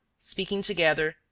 speaking together,